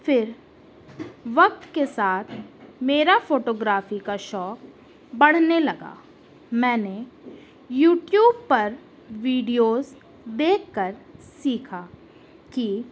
پھر وقت کے ساتھ میرا فوٹوگرافی کا شوق بڑھنے لگا میں نے یوٹیوب پر ویڈیوز دیکھ کر سیکھا کہ